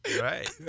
right